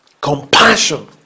compassion